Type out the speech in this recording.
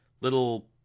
Little